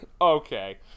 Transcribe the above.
Okay